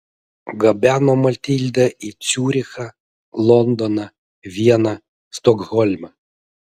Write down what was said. gabeno matildą į ciurichą londoną vieną stokholmą